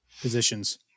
positions